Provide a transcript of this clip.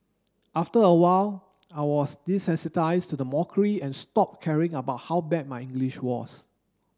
after a while I was desensitised to the mockery and stopped caring about how bad my English was